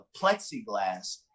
plexiglass